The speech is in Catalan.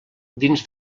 dins